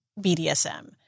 BDSM